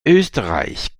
österreich